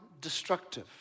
destructive